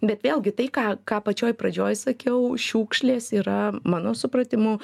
bet vėlgi tai ką ką pačioj pradžioj sakiau šiukšlės yra mano supratimu